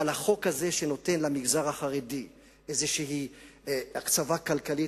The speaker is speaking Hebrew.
אבל החוק הזה שנותן למגזר החרדי איזו הקצבה כלכלית